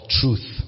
truth